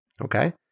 Okay